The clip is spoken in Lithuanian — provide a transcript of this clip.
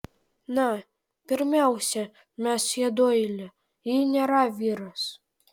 na pirmiausia mesjė doili ji nėra vyras